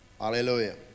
Hallelujah